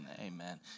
Amen